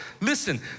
Listen